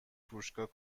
فروشگاه